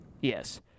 Yes